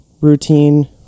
routine